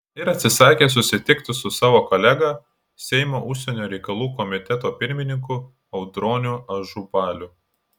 ir atsisakė susitikti su savo kolega seimo užsienio reikalų komiteto pirmininku audroniu ažubaliu